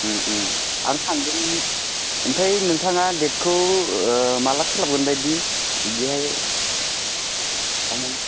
आं सानदोंमोन ओमफ्राय नोंथाङा डेटखौ माब्ला सोलाबगोन बायदि बेहाय थांनो